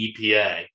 EPA